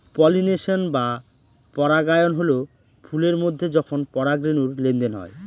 pollination বা পরাগায়ন হল ফুলের মধ্যে যখন পরাগরেনুর লেনদেন হয়